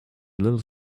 little